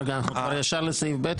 רגע, אנחנו כבר ישר לסעיף ב'?